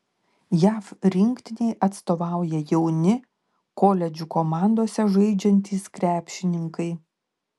jav rinktinei atstovauja jauni koledžų komandose žaidžiantys krepšininkai